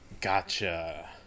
gotcha